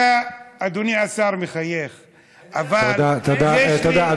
אתה, אדוני השר, מחייך, אבל, תודה, תודה.